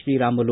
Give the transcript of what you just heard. Sriramulu